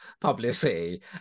publicity